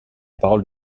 parole